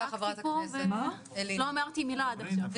לא אמרתי עד עכשיו מילה.